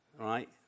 right